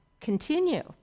continue